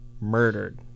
murdered